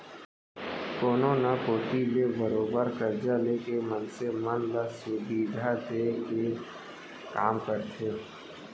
कोनो न कोती ले बरोबर करजा लेके मनसे मन ल सुबिधा देय के काम करथे